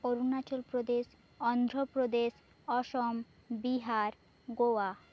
Arunachal Pradesh Andhra Pradesh Assam Bihar Goa